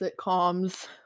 sitcoms